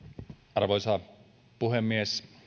arvoisa puhemies